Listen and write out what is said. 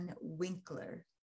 Winkler